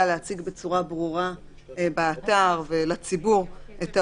להציג בצורה ברורה באתר לציבור את ההוראות,